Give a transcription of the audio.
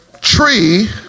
tree